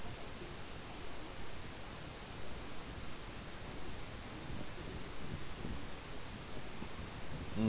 mm